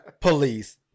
police